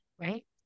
right